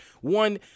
one